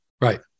Right